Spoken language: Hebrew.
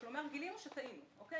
כלומר, גילינו שטעינו.